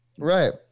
Right